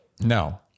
No